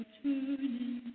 turning